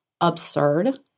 absurd